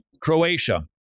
Croatia